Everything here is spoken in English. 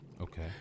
Okay